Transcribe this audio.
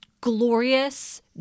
glorious